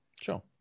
sure